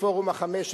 עם פורום ה-15.